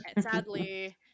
Sadly